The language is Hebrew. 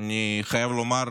אני חייב לומר